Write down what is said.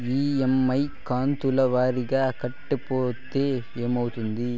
EMI కంతుల వారీగా కట్టకపోతే ఏమవుతుంది?